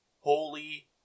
Holy